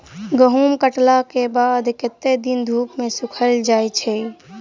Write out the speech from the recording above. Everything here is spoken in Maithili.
गहूम कटला केँ बाद कत्ते दिन धूप मे सूखैल जाय छै?